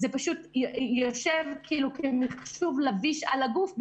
זה פשוט יושב כמכשור לביש על הגוף,